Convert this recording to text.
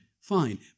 fine